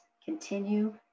continue